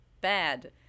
bad